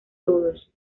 todos